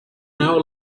hour